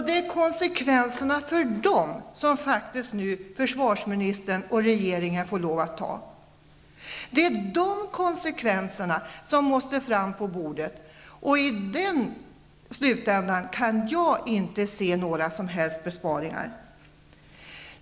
Det är konsekvenserna för dessa människor som försvarsministern och regeringen nu faktiskt får lov att ta. Det är de konsekvenserna som måste fram på bordet, och i den slutändan kan jag inte se några som helst besparingar.